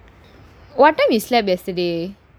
what time you slept yesterday